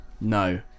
No